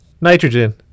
Nitrogen